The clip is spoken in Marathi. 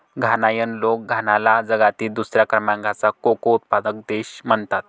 घानायन लोक घानाला जगातील दुसऱ्या क्रमांकाचा कोको उत्पादक देश म्हणतात